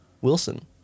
Wilson